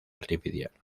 artificial